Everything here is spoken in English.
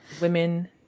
women